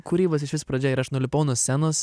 kūrybos išvis pradžia ir aš nulipau nuo scenos